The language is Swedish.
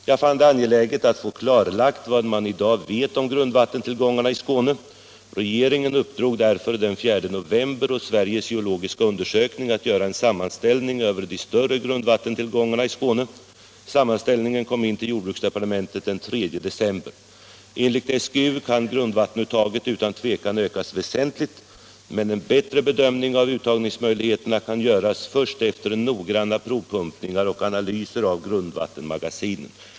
Jag fann det angeläget att få klarlagt vad man i dag vet om grundvattentillgångarna i Skåne. Regeringen uppdrog därför den 4 november åt Sveriges geologiska undersökning att göra en sammanställning över de större grundvattentillgångarna i Skåne. Sammanställningen kom in till jordbruksdepartementet den 3 december. Enligt SGU kan grundvattenuttaget utan tvivel ökas väsentligt, men en bättre bedömning av uttagsmöjligheterna kan göras först efter noggranna provpumpningar och analyser av grundvattenmagasinen.